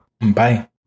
Bye